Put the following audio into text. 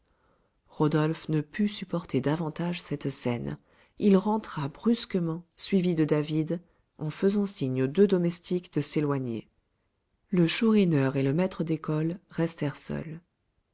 rodolphe ne put supporter davantage cette scène il rentra brusquement suivi de david en faisant signe aux deux domestiques de s'éloigner le chourineur et le maître d'école restèrent seuls